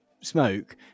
smoke